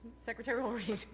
secretary will read.